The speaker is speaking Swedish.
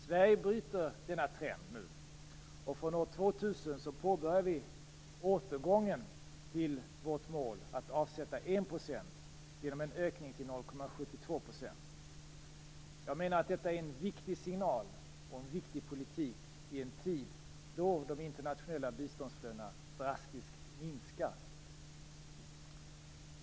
Sverige bryter nu denna trend. Från år 2000 påbörjar vi återgången till vårt mål att avsätta 1 % genom en ökning till 0,72 %. Jag menar att detta är en viktig signal och en viktig politik i en tid då de internationella biståndsflödena drastiskt minskar.